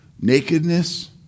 nakedness